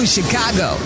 Chicago